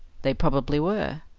they probably were.